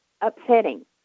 upsetting